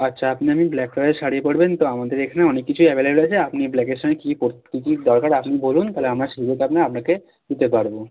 আচ্ছা আপনি ma'am black কালারের শাড়ি পরবেন তো আমাদের এখানে অনেক কিছুই অ্যাভেলেবল আছে আপনি ব্ল্যাকের সঙ্গে কী কী কী দরকার আপনি বলুন তাহলে আমরা সেই আপনাকে দিতে পারবো